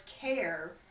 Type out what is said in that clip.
care